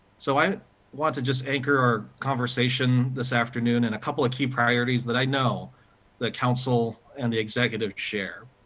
so, i want to just anchor our conversation this afternoon, and a couple key priorities that i know the council and the executives share.